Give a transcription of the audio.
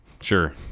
Sure